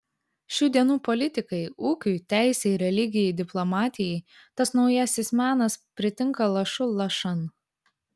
šių dienų politikai ūkiui teisei religijai diplomatijai tas naujasis menas pritinka lašu lašan